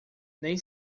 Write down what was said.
nem